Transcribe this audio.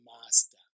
master